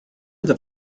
iddo